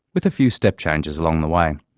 with a few step-changes along the way.